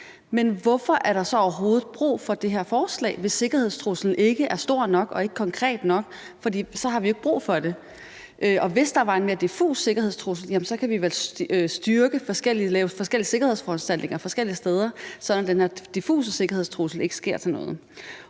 Men hvorfor er der så overhovedet brug for det her forslag? Hvis sikkerhedstruslen ikke er stor nok og ikke konkret nok, har vi jo ikke brug for det. Og hvis der var en mere diffus sikkerhedstrussel, kunne vi vel styrke det og lave forskellige sikkerhedsforanstaltninger forskellige steder, så den her diffuse sikkerhedstrussel ikke bliver til noget?